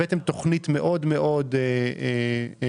הבאתם תוכנית מאוד לא חומלת,